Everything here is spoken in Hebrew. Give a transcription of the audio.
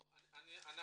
אנחנו